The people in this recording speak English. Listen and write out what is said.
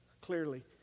clearly